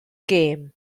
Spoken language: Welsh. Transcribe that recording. gem